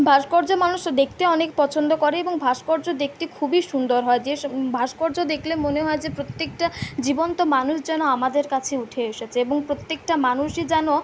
ভাস্কর্য মানুষ দেখতে অনেক পছন্দ করে এবং ভাস্কর্য দেখতে খুবই সুন্দর হয় যে ভাস্কর্য দেখলে মনে হয় যে প্রত্যেকটা জীবন্ত মানুষ যেন আমাদের কাছে উঠে এসেছে এবং প্রত্যেকটা মানুষই যেন